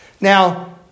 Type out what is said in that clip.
Now